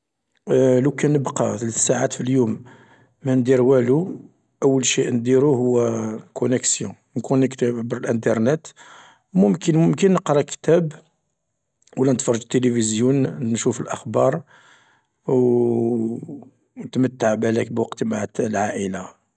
لوكان نبقا ثلث ساعات في اليوم مندير والو أول شيء نديرو هو لكونيكسيون نكونيكتي بالأنترنتت ممكن ممكن نقرا كتاب ولا نتفرج تلفزيون نشوف الأخبار و نتمتع بوقتي بالاك مع العائلة.